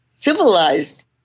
civilized